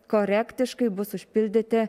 korektiškai bus užpildyti